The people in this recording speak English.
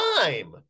time